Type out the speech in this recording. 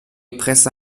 presse